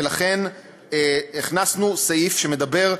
ולכן הכנסנו סעיף שמדבר,